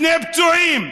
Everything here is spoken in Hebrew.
שני פצועים.